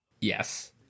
Yes